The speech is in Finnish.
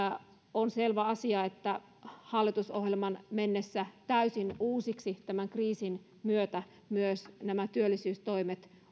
on selvä asia että hallitusohjelman mennessä täysin uusiksi tämän kriisin myötä myös nämä työllisyystoimet